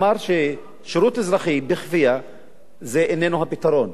אמר ששירות אזרחי בכפייה איננו הפתרון.